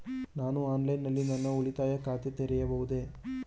ನಾನು ಆನ್ಲೈನ್ ನಲ್ಲಿ ನನ್ನ ಉಳಿತಾಯ ಖಾತೆ ತೆರೆಯಬಹುದೇ?